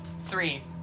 three